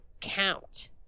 count